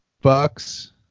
Bucks